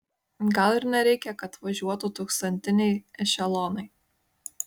gal ir nereikia kad važiuotų tūkstantiniai ešelonai